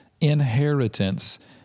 inheritance